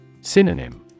Synonym